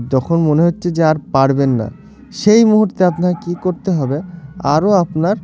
যখন মনে হচ্ছে যে আর পারবেন না সেই মুহূর্তে আপনাকে কী করতে হবে আরও আপনার